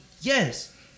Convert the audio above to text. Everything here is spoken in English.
Yes